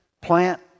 plant